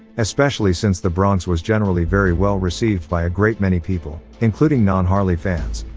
especially since the bronx was generally very well received by a great many people, including non-harley fans.